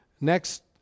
Next